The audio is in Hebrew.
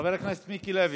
חבר הכנסת מיקי לוי,